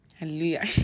Hallelujah